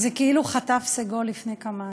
זה כאילו חטף-סגול לפני קמץ,